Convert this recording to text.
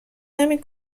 نمی